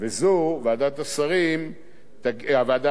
הוועדה המייעצת,